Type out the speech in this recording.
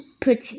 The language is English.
put